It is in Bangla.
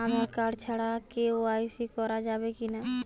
আঁধার কার্ড ছাড়া কে.ওয়াই.সি করা যাবে কি না?